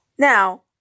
Now